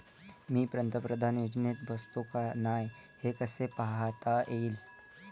मी पंतप्रधान योजनेत बसतो का नाय, हे कस पायता येईन?